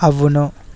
అవును